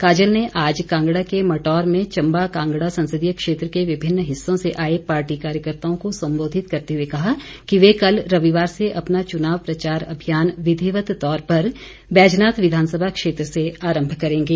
काजल ने आज कांगड़ा के मटौर में चंबा कांगड़ा संसदीय क्षेत्र के विभिन्न हिस्सों से आए पार्टी कार्यकर्ताओं को संबोधित करते हुए कहा कि वह कल रविवार से अपना चुनाव प्रचार अभियान विधिवत तौर पर बैजनाथ विधानसभा क्षेत्र से आरंभ करेंगे